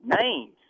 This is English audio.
names